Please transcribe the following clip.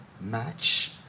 match